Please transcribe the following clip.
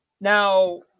Now